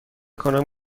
کنم